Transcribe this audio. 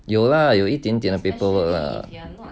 有啦有一点点的 paperwork lah